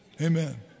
Amen